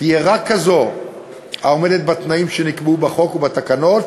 תהיה רק כזו העומדת בתנאים שנקבעו בחוק ובתקנות